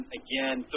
again